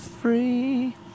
free